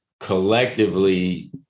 collectively